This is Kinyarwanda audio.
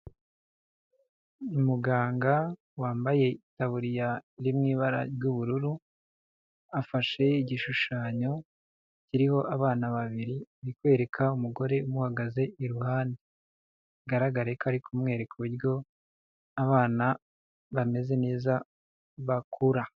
Umuganga wambaye itaburiya iri mu ibara ry'ubururu, afashe igishushanyo kiriho abana babiri ari kwereka umugore umuhagaze iruhande, bigaragare ko ari kumwereka uburyo abana bameze neza bakura.